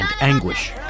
anguish